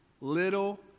Little